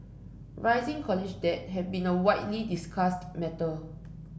rising college debt has been a widely discussed matter